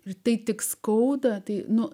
ir tai tik skauda tai nu